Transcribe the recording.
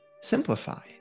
simplify